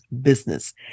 business